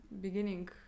beginning